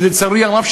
לצערי הרב,